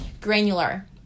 granular